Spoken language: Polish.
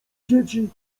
dzieci